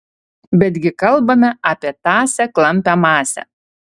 bet gi kalbame apie tąsią klampią masę